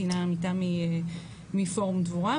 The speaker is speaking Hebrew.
ציינה מטעם פורום "דבורה",